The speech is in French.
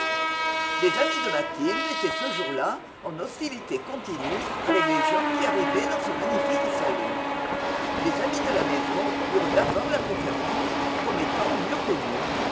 les amis de mathilde étaient ce jour-là en hostilité continue avec les gens qui arrivaient dans ce magnifique salon les amis de la maison eurent d'abord la préférence comme étant mieux connus